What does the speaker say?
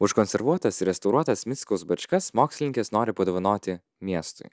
užkonservuotas restauruotas mickaus bačkas mokslininkės nori padovanoti miestui